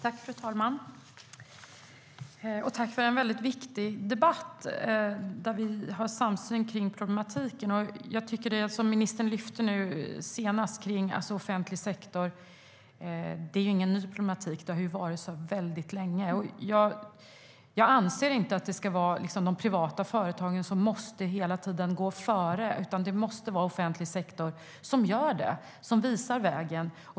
Fru talman! Tack för en väldigt viktig debatt där vi har samsyn kring problematiken! Det som ministern lyfter fram nu senast, alltså kring offentlig sektor, är ju ingen ny problematik. Det har varit så väldigt länge. Jag anser inte att det ska vara de privata företagen som hela tiden måste gå före, utan det ska vara den offentliga sektorn som visar vägen.